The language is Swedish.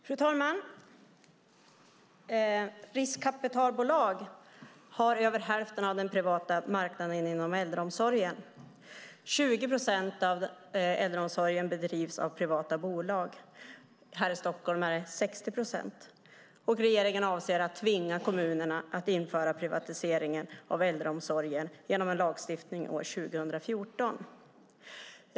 Fru talman! Riskkapitalbolag har över hälften av den privata marknaden inom äldreomsorgen. 20 procent av äldreomsorgen bedrivs av privata bolag. Här i Stockholm är det 60 procent. Regeringen avser att tvinga kommunerna att införa privatisering av äldreomsorgen genom en lagstiftning år 2014.